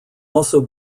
also